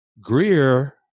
Greer